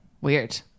Weird